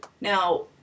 Now